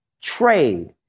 trade